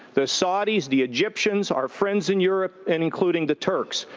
the saudis, the egyptians, our friends in europe, and including the turks.